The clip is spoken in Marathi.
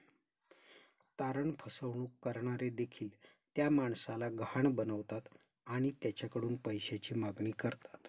तारण फसवणूक करणारे देखील त्या माणसाला गहाण बनवतात आणि त्याच्याकडून पैशाची मागणी करतात